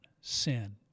sin